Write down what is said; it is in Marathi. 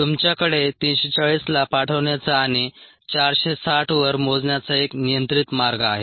तुमच्याकडे 340 ला पाठवण्याचा आणि 460 वर मोजण्याचा एक नियंत्रित मार्ग आहे